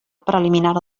preliminar